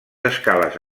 escales